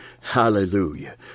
Hallelujah